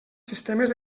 sistemes